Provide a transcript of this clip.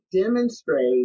demonstrate